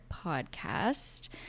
podcast